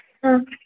आम्